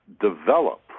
develop